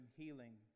healing